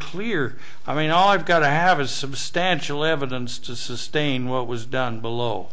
clear i mean all i've got to have a substantial evidence to sustain what was down below